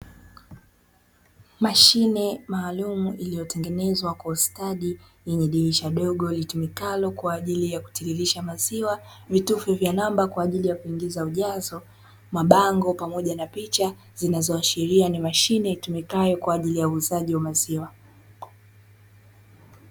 Mashine maalumu iliyotengenezwa kwa ustadi, lenye dirisha dogo litumikalo kwa ajili ya kutiririsha maziwa, vitufe vya namba kwa ajili ya kuongeza ujazo, mabango pamoja na picha, ziinazooashiria ni mashine itumikayo kwa ajili ya uuzaji wa maziwa.